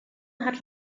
hat